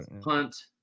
punt